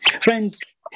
friends